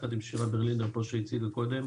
עם שירה ברלינר שהציגה קודם,